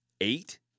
eight